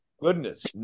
goodness